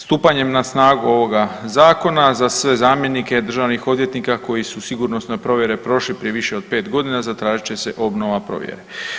Stupanjem na snagu ovoga zakona za sve zamjenike državnih odvjetnika koji su sigurnosne provjere prošli prije više od 5.g. zatražit će se obnova provjere.